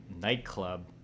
nightclub